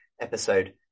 episode